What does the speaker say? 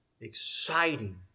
exciting